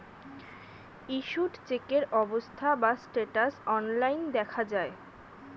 issued চেকের অবস্থা বা স্ট্যাটাস অনলাইন দেখা যায়